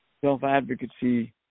self-advocacy